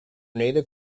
native